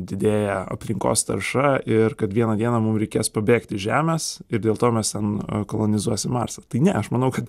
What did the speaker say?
didėja aplinkos tarša ir kad vieną dieną mum reikės pabėgt iš žemės ir dėl to mes ten kolonizuosim marsą tai ne aš manau kad